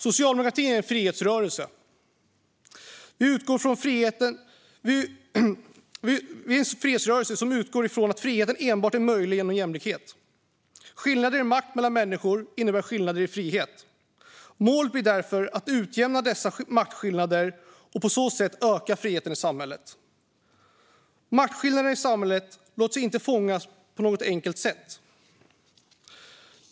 Socialdemokratin är en frihetsrörelse som utgår ifrån att friheten enbart är möjlig genom jämlikhet. Skillnader i makt mellan människor innebär skillnader i frihet. Målet blir därför att utjämna dessa maktskillnader och på så sätt öka friheten i samhället. Maktskillnaderna i samhället låter sig inte fångas in på något enkelt sätt.